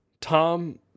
Tom